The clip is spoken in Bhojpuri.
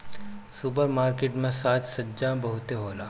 सुपर मार्किट में साज सज्जा बहुते होला